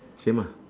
same ah